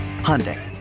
Hyundai